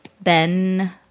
Ben